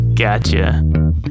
gotcha